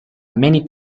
many